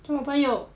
做什么我朋友